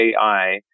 AI